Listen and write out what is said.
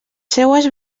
seues